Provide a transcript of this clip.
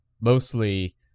mostly